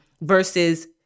versus